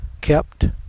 kept